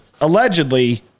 allegedly